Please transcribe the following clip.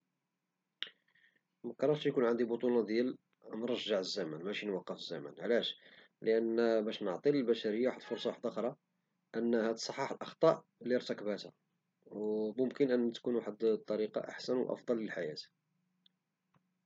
مكرهتش يكون عندي واحد البطونة أنني نرجع الزمن ماشي نوقف الزمن، علاش؟ لأن باش نعطي البشرية فرصة وحدة أخرى باش تصحح الأخطاء لي ارتكباتها وممكن أن تكون واحد الطريقة أحسن وأفضل للحياة.